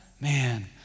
Man